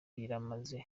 biramaze